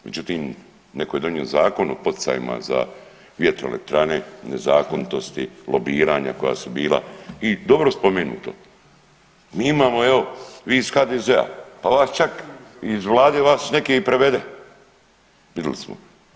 Međutim, netko je donio zakon o poticajima za vjetroelektrane, nezakonitosti, lobiranja koja su bila i dobro spomenuto, mi imamo evo vi iz HDZ-a pa vas čak iz Vlade vas neke i prevede vidjeli smo.